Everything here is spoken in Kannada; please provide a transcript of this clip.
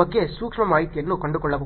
ಬಗ್ಗೆ ಸೂಕ್ಷ್ಮ ಮಾಹಿತಿಯನ್ನು ಕಂಡುಕೊಳ್ಳಬಹುದು